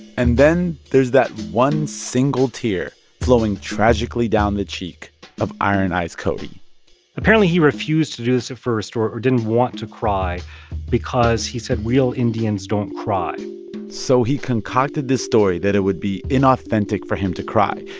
and then there's that one single tear flowing tragically down the cheek of iron eyes cody apparently, he refused to do this at first or or didn't want to cry because he said real indians don't cry so he concocted this story that it would be inauthentic for him to cry,